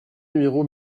numéro